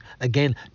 again